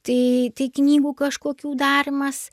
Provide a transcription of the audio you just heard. tai tai knygų kažkokių darymas